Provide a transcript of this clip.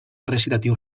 recitatiu